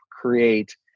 create